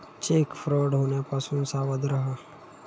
check fraud होण्यापासून सावध रहा